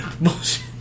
Bullshit